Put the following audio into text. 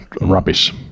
rubbish